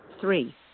Three